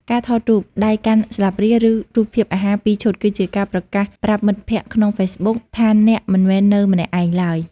ការថតរូប "ដៃកាន់ស្លាបព្រា" ឬ "រូបភាពអាហារពីរឈុត" គឺជាការប្រកាសប្រាប់មិត្តភក្ដិក្នុង Facebook ថាអ្នកមិនមែននៅម្នាក់ឯងឡើយ។